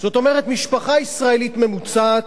זאת אומרת, משפחה ישראלית ממוצעת,